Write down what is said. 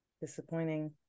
Disappointing